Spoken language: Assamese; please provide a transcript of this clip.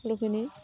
সকলোখিনি